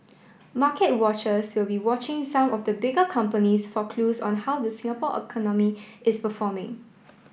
market watchers will be watching some of the bigger companies for clues on how the Singapore economy is performing